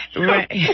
Right